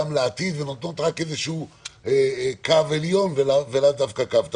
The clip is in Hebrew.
לעתיד ונותנות רק קו עליון ולאו דווקא קו תחתון.